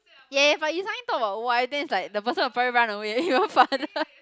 ya but you suddenly talk about wife then it's like the person will probably run away even farther